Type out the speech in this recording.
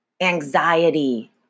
anxiety